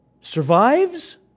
survives